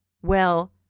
well,